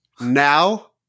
now